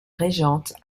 régente